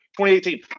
2018